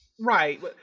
Right